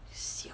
siao